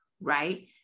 Right